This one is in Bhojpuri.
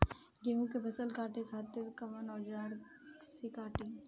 गेहूं के फसल काटे खातिर कोवन औजार से कटी?